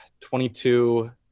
22